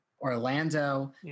Orlando